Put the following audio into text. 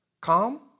calm